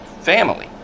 family